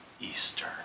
Easter